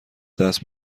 دست